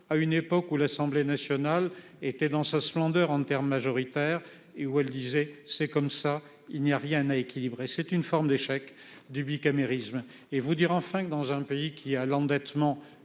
à une époque où l'Assemblée nationale était dans sa splendeur en termes majoritaire et où elle disait c'est comme ça il n'y a rien à équilibrer. C'est une forme d'échec du bicamérisme et vous dire enfin que dans un pays qui a l'endettement